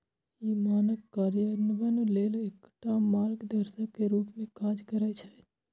ई मानक कार्यान्वयन लेल एकटा मार्गदर्शक के रूप मे काज करै छै